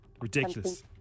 Ridiculous